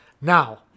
now